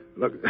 Look